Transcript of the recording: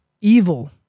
evil